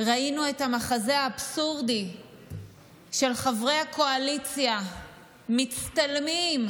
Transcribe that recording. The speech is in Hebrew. ראינו את המחזה אבסורדי של חברי הקואליציה מצטלמים,